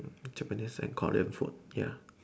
Japanese and Scotland food ya